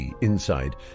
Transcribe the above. inside